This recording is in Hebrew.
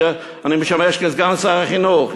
אני משמש כסגן שר החינוך,